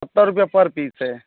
रुपिया पर पीस है